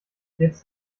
jetzt